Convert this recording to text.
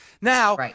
Now